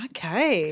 Okay